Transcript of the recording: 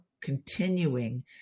continuing